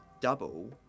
double